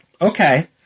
Okay